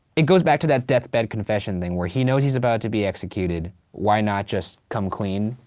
it goes back to that death bed confession thing where he knows he's about to be executed, why not just come clean?